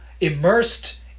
immersed